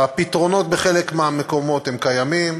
הפתרונות בחלק מהמקומות, הם קיימים.